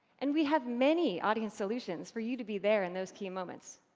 and we have many audience solutions for you to be there in those key moments.